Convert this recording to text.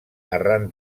arran